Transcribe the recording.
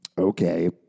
Okay